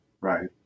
right